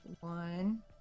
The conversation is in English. One